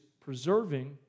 preserving